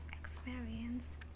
experience